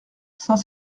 saint